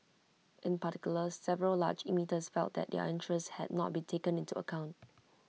in particular several large emitters felt that their interests had not been taken into account